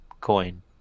coin